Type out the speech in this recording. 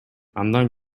андан